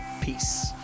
Peace